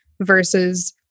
versus